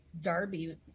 Darby